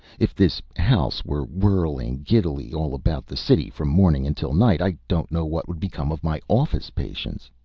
if this house were whirling giddily all about the city from morning until night, i don't know what would become of my office patients.